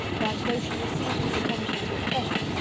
that though she received his attentions with pleasure,